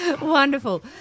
Wonderful